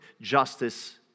justice